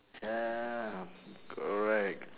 ya correct